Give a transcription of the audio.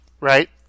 right